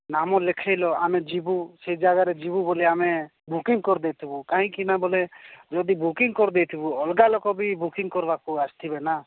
ନାମ ଲେଖେଇଲ ଆମେ ଯିବୁ ସେ ଜାଗାରେ ଯିବୁ ବୋଲି ଆମେ ବୁକିଂ କରିଦେଇଥିବୁ କାହିଁକିନା ବୋଲେ ଯଦି ବୁକିଂ କରିଦେଇଥିବୁ ଅଲଗା ଲୋକ ବି ବୁକିଂ କରିବାକୁ ଆସିଥିବେ ନା